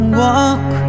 walk